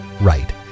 right